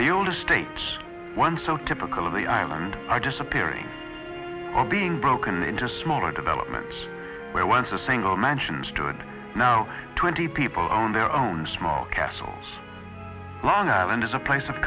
the oldest state's one so typical of the island are disappearing or being broken into smaller developments where once a single mansions two and now twenty people own their own small castles long island is a place of